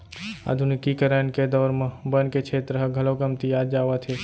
आधुनिकीकरन के दौर म बन के छेत्र ह घलौ कमतियात जावत हे